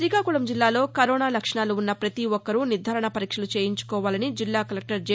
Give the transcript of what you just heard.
గ్రీకాకుళం జిల్లాలో కరోనా లక్షణాలు ఉన్న పతీ ఒక్కరు నిర్దారణ పరీక్షలు చేయించుకోవాలని జిల్లా కలెక్టర్ జె